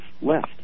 left